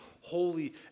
holy